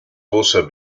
also